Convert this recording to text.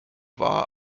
war